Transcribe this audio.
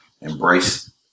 embrace